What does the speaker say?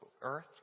earth